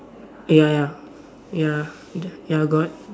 ya ya ya d~ ya got